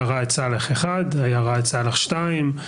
היה ראאד סלאח אחד, היה ראאד סלאח שניים.